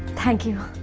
thank you.